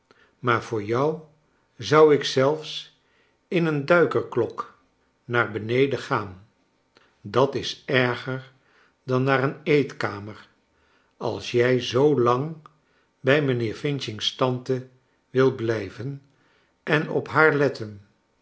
maar voor jou zou ik zelfs in een duikerklok naar beneden gaan dat is erger dan naar een eetkamer als jij zoo lang bij mijnheer f's tante wilt blijven en op haar letten